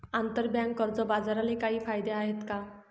आंतरबँक कर्ज बाजारालाही काही कायदे आहेत का?